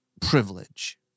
privilege